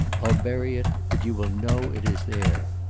i'll bury it, but you will know it is there.